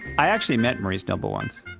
i actually met maurice noble once.